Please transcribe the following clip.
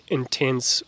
intense